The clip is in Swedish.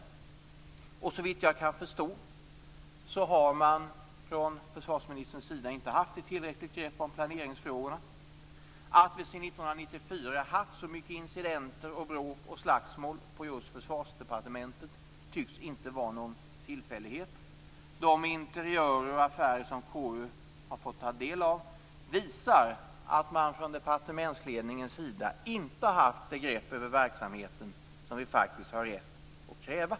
Såvitt jag kan förstå har man från försvarsministerns sida inte haft ett tillräckligt grepp om planeringsfrågorna. Att vi sedan år 1994 haft så många incidenter, bråk och slagsmål på just Försvarsdepartementet tycks inte vara någon tillfällighet. De interiörer och affärer som KU har fått ta del av visar att man från departementsledningens sida inte har haft det grepp om verksamheten som vi faktiskt har rätt att kräva.